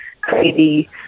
crazy